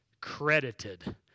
credited